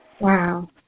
Wow